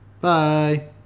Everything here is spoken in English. Bye